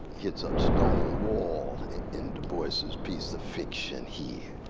hits a stone wall in du bois's piece the fitch and he.